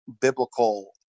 biblical